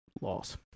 Loss